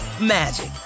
magic